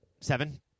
seven